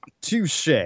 Touche